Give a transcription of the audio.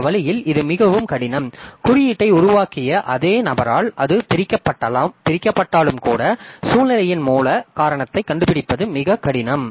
அந்த வழியில் இது மிகவும் கடினம் குறியீட்டை உருவாக்கிய அதே நபரால் அது பிரிக்கப்பட்டாலும் கூட சூழ்நிலையின் மூல காரணத்தைக் கண்டுபிடிப்பது மிகவும் கடினம்